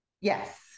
Yes